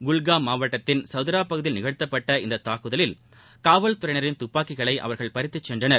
குல்காம் மாவட்டத்தின் சதரா பகுதியில் நிகழ்த்தப்பட்ட இந்த தூக்குதலில் காவல் துறையினரின் துப்பாக்கிகளை அவர்கள் பறித்துச் சென்றனர்